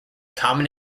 common